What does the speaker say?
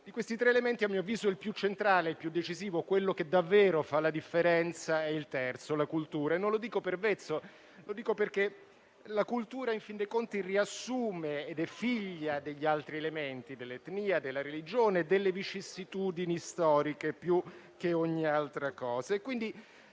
Di questi tre elementi, a mio avviso, il più centrale, il più decisivo e quello che davvero fa la differenza è la cultura. Non lo dico per vezzo, ma perché la cultura, in fin dei conti, riassume ed è figlia degli altri elementi (l'etnia e la religione) e delle vicissitudini storiche più che ogni altra cosa.